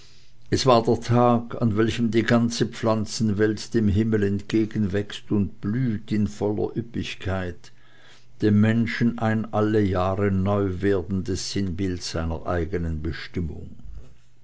es war der tag an welchem die ganze pflanzenwelt dem himmel entgegenwächst und blüht in voller üppigkeit dem menschen ein alle jahre neu werdendes sinnbild seiner eigenen bestimmung